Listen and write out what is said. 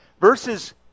Verses